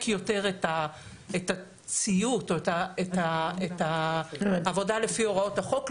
יותר את הציות או את העבודה לפי הוראות החוק,